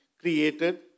created